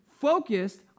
focused